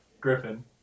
Griffin